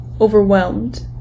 overwhelmed